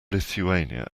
lithuania